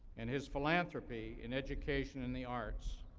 and his philanthropy in education and the arts,